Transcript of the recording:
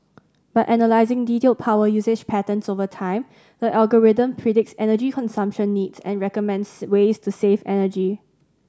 by analysing detailed power usage patterns over time the algorithm predicts energy consumption needs and recommends ways to save energy